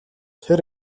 тэр